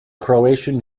croatian